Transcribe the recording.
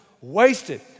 wasted